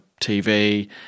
tv